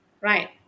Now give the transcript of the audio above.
right